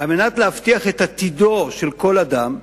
להבטיח את עתידו של כל אדם,